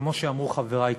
כמו שאמרו חברי קודם.